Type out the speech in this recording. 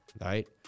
right